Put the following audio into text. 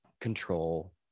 Control